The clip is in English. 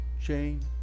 chain